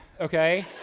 okay